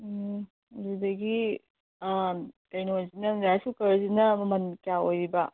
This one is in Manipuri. ꯎꯝ ꯑꯗꯨꯗꯒꯤ ꯀꯩꯅꯣꯁꯤꯅ ꯔꯥꯏꯁ ꯀꯨꯀꯔꯁꯤꯅ ꯃꯃꯟ ꯀꯌꯥ ꯑꯣꯏꯔꯤꯕ